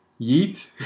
Yeet